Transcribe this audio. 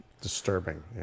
Disturbing